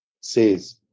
says